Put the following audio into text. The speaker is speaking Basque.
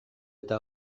eta